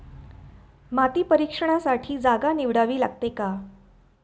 माती परीक्षणासाठी जागा निवडावी लागते का?